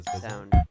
sound